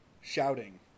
shouting